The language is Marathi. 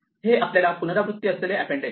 हे आपल्याला पुनरावृत्ती असलेले अँपेन्ड देते